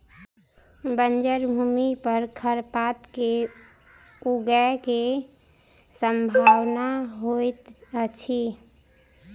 बंजर भूमि पर खरपात के ऊगय के सम्भावना होइतअछि